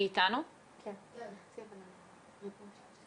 לא נמצאת.